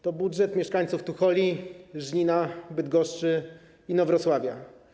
To budżet mieszkańców Tucholi, Żnina, Bydgoszczy, Inowrocławia.